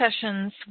sessions